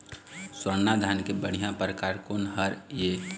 स्वर्णा धान के बढ़िया परकार कोन हर ये?